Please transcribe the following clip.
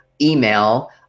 email